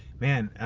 man,